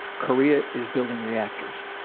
korea is building reactors.